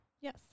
yes